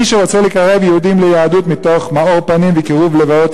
מי שרוצה לקרב יהודים ליהדות מתוך מאור פנים וקירוב לבבות,